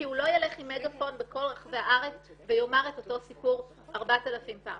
כי הוא לא ילך עם מגפון בכל רחבי הארץ ויאמר את אותו סיפור 4,000 פעם.